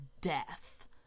death